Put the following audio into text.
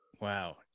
Wow